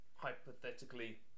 Hypothetically